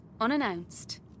unannounced